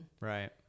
right